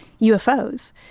UFOs